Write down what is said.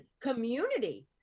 community